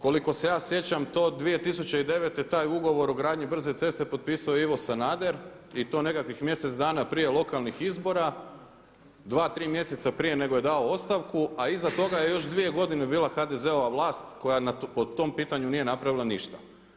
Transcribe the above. Koliko se ja sjećam to, 2009. taj ugovor o gradnji brze ceste potpisao je Ivo Sanader i to nekakvih mjesec dana prije lokalnih izbora, dva, tri mjeseca prije nego je dao ostavku, a iza toga je još dvije godine bila HDZ-ova vlast koja po tom pitanju nije napravila ništa.